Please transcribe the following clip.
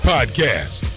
Podcast